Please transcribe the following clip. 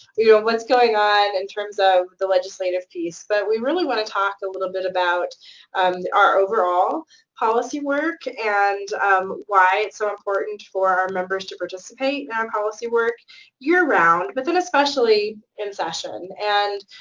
you know, what's going on in terms of the legislative piece. but we really want to talk a little bit about our overall policy work and why it's so important for our members to participate in our policy work year-round, but then especially in session. and,